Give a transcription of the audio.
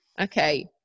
okay